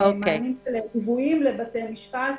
מענים --- לבתי משפט.